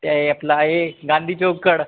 ते आपलं आहे गांधी चौककडं